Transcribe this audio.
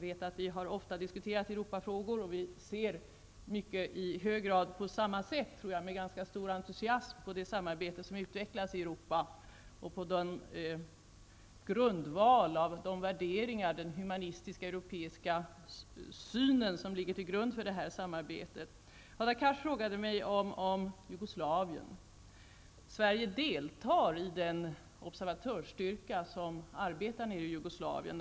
Vi har ofta diskuterat Europafrågor, och vi ser i hög grad på dessa frågor på samma sätt. Vi ser båda med ganska stor entusiasm på det samarbete som utvecklas i Europa och på den grundval, de värderingar, den humanistiska europeiska synen som ligger till grund för samarbetet. Hadar Cars frågade mig om Jugoslavien. Sverige deltar i den observatörsstyrka som arbetar nere i Jugoslavien.